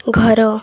ଘର